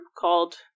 called